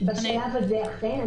בשלב הזה אכן.